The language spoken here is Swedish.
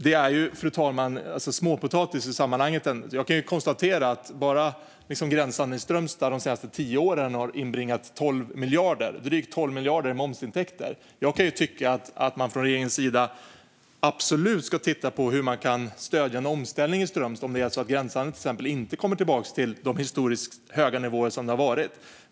Det är, fru talman, ändå småpotatis i sammanhanget. Jag kan konstatera att bara gränshandeln i Strömstad de senaste tio åren har inbringat drygt 12 miljarder i momsintäkter. Jag kan tycka att man från regeringens sida absolut ska titta på hur man kan stödja en omställning i Strömstad om det är så att till exempel gränshandeln inte kommer tillbaka till de historiskt höga nivåer som den har haft.